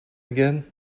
again